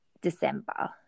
December